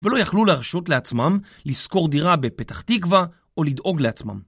ולא יכלו להרשות לעצמם לשכור דירה בפתח תקווה או לדאוג לעצמם.